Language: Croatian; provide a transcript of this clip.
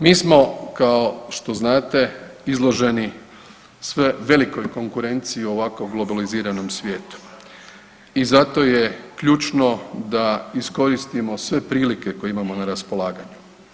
Mi smo kao što znati izloženi velikoj konkurenciji u ovako globaliziranom svijetu i zato je ključno da iskoristimo sve prilike koje imamo na raspolaganju.